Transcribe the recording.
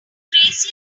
crazy